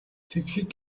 тэгэхэд